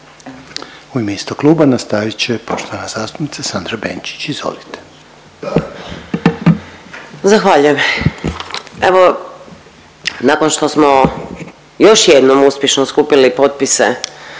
U ime istog kluba nastavit će poštovana zastupnica Sandra Benčić. **Benčić, Sandra (Možemo!)** Zahvaljujem. Evo nakon što smo još jednom uspješno skupili potpise